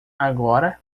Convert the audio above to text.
agora